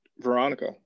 Veronica